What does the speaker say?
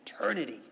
eternity